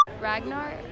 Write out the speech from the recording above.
Ragnar